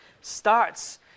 starts